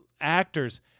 actors